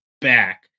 back